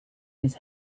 his